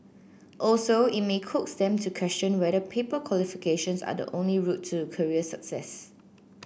also it may coax them to question whether paper qualifications are the only route to career success